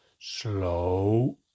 Slow